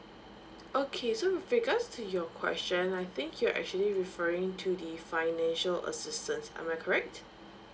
okay so with regards to your question I think you're actually referring to the financial assistance am I correct